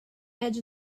edge